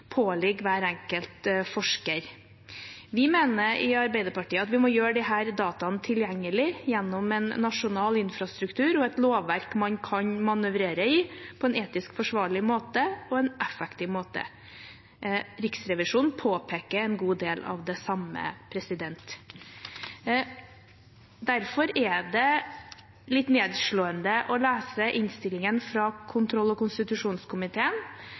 påligger hver enkelt forsker. Vi i Arbeiderpartiet mener at vi må gjøre disse dataene tilgjengelige gjennom en nasjonal infrastruktur og et lovverk man kan manøvrere i på en etisk forsvarlig og effektiv måte. Riksrevisjonen påpeker en god del av det samme. Derfor er det litt nedslående å lese innstillingen fra kontroll- og konstitusjonskomiteen,